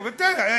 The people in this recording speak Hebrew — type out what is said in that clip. תראה,